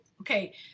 okay